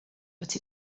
but